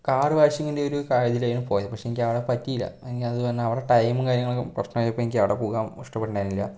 car വാഷിങ്ങിൻറെ ഒരു ഇതിനായിരുന്നു പോയത് പക്ഷെ എനിക്കവിടെ പറ്റിയില്ല എനിക്കത് പറഞ്ഞാൽ അവിടെ ടൈമ് കാര്യങ്ങളൊക്കെ പ്രശ്നമായപ്പോൾ എനിക്ക് അവിടെ പോകാൻ ഇഷ്ടപ്പെടുന്നുണ്ടായിരുന്നില്ല